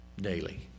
daily